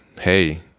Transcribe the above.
hey